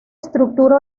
estructura